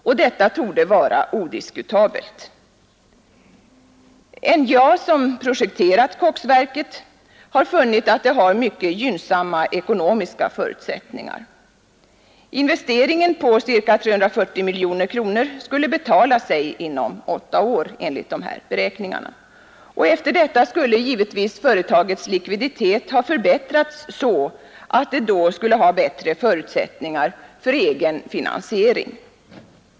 Och detta torde vara odiskutabelt. NJA, som projekterat koksverket, har funnit att det har mycket gynnsamma ekonomiska förutsättningar. Investeringen på ca 340 miljoner kronor skulle betala sig inom åtta år enligt dess beräkningar. Och efter detta skulle givetvis företagets likviditet ha förbättrats så att det då skulle ha bättre förutsättningar för egen finansiering.